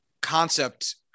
concept